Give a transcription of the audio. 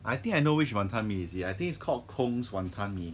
I think I know which wanton mee is it I think it's called koung's wanton mee